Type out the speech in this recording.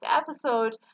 episode